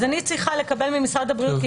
אז אני צריכה לקבל ממשרד הבריאות,